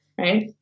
right